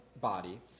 body